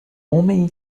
homem